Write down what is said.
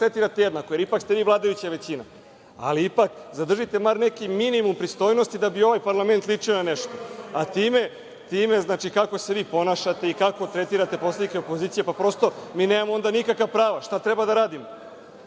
tretirate jednako, jer ipak ste vi vladajuća većina, ali, zadržite bar neki minimum pristojnosti da bi ovaj parlament ličio na nešto. Time kako se vi ponašate i kako tretirate poslanike opozicije, mi nemamo onda nikakva prava. Šta treba da radimo?